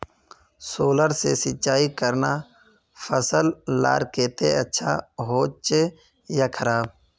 Solar से सिंचाई करना फसल लार केते अच्छा होचे या खराब?